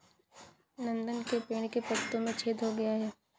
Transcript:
नंदन के पेड़ के पत्तों में छेद हो गया है